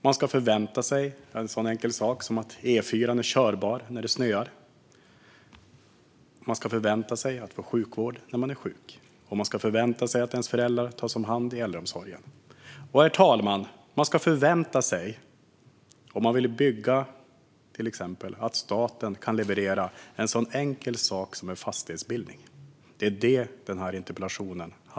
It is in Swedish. Man ska förvänta sig en så enkel sak som att E4:an är körbar när det snöar. Man ska förvänta sig att få sjukvård om man är sjuk. Man ska förvänta sig att ens föräldrar tas om hand i äldreomsorgen. Och, herr talman, man ska förvänta sig att staten kan leverera en så enkel sak som en fastighetsbildning om man vill bygga.